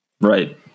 right